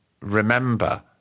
remember